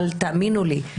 אבל תאמינו לי,